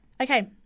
okay